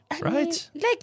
right